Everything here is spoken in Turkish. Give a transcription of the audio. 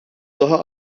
daha